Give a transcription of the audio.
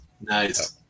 Nice